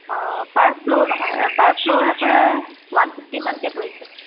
অ' per floor নহয় per floor আপোনাৰ one ফিফটিমানকৈ ধৰিছোঁ